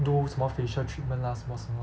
do 什么 facial treatment lah 什么什么